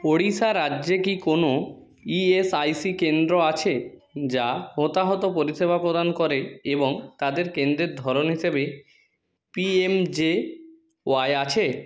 ওড়িশা রাজ্যে কি কোনো ইএসআইসি কেন্দ্র আছে যা হতাহত পরিষেবা প্রদান করে এবং তাদের কেন্দ্রে ধরন হিসেবে পিএমজেওয়াই আছে